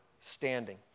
standing